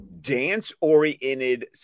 dance-oriented